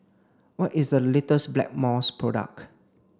what is the latest Blackmores product